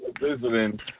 visiting